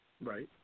Right